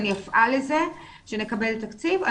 ואני אפעל לזה שנקבל תקציב,